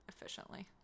efficiently